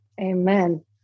Amen